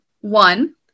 one